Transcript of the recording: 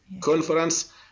conference